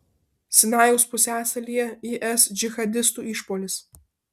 sinajaus pusiasalyje is džihadistų išpuolis